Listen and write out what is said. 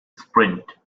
sprint